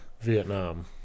vietnam